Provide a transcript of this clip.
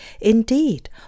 Indeed